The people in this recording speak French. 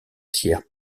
tiers